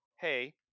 hey